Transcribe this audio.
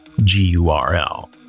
G-U-R-L